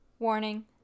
Warning